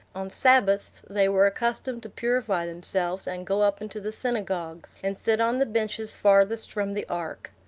on sabbaths they were accustomed to purify themselves, and go up into the synagogues, and sit on the benches farthest from the ark.